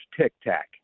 tic-tac